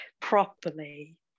properly